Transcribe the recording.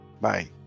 bye